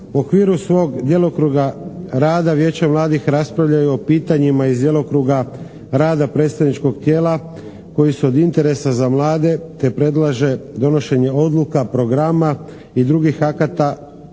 U okviru svog djelokruga rada vijeće mladih raspravljaju o pitanjima iz djelokruga rada predstavničkog tijela koji su od interesa za mlade te predlaže donošenje odluka, programa i drugih akata